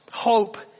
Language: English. hope